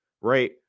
right